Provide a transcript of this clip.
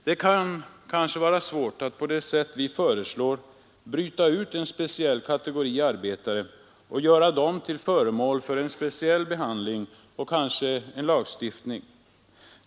Det kan kanske vara svårt att på det sätt vi föreslår bryta ut en speciell kategori arbetare och göra dem till föremål för speciell behandling och kanske lagstiftning.